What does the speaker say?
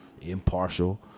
impartial